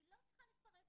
אני לא צריכה לפרט אותם,